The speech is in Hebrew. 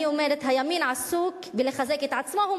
אני אומרת, הימין עסוק בלחזק את עצמו.